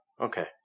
Okay